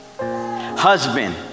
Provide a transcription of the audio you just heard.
Husband